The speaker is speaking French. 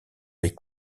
les